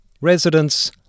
residents